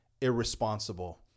irresponsible